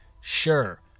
sure